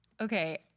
Okay